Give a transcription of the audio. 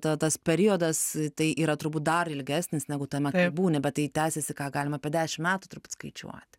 ta tas periodas tai yra turbūt dar ilgesnis negu tame būni bet tai tęsiasi ką galima apie dešimt metų turbūt skaičiuot